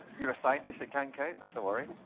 you're a scientist that can't count? that's a worry.